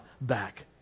back